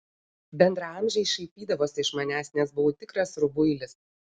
bendraamžiai šaipydavosi iš manęs nes buvau tikras rubuilis